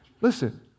Listen